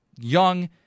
young